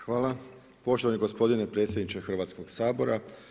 Hvala poštovani gospodine predsjedniče Hrvatskog sabora.